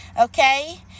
okay